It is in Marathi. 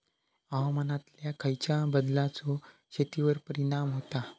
हवामानातल्या खयच्या बदलांचो शेतीवर परिणाम होता?